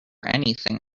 anything